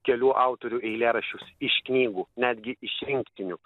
kelių autorių eilėraščius iš knygų netgi iš rinktinių